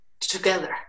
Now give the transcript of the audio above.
together